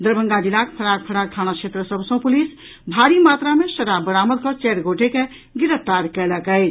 दरभंगा जिलाक फराक फराक थाना क्षेत्र सभ सॅ पुलिस भारी मात्रा मे शराब बरामद कऽ चारि गोटे के गिरफ्तार कयलक अछि